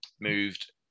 moved